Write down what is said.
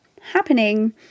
happening